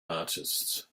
artists